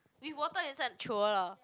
with water inside chioer lah